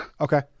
Okay